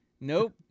Nope